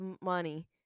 money